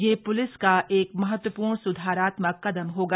यह प्रलिस का एक महत्वप्र्ण सुधारात्मक कदम होगा